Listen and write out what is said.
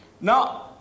Now